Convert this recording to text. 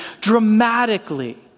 dramatically